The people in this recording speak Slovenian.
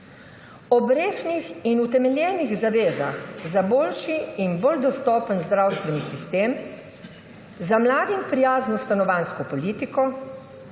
Ob resnih in utemeljenih zavezah za boljši in bolj dostopen zdravstveni sistem, za mladim prijazno stanovanjsko politiko,